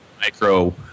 micro